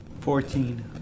Fourteen